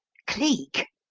cleek?